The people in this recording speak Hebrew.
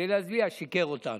שיקר לנו.